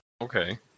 Okay